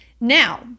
Now